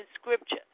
Scripture